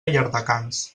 llardecans